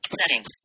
settings